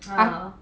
i~